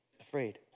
Afraid